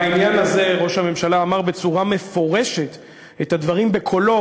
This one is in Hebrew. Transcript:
בעניין הזה ראש הממשלה אמר בצורה מפורשת את הדברים בקולו,